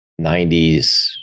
90s